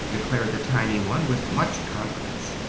declared the tiny one, with much confidence.